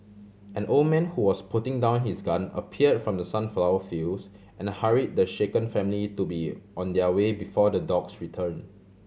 an old man who was putting down his gun appear from the sunflower fields and hurry the shaken family to be on their way before the dogs return